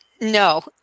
no